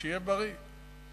שיהיה בריא.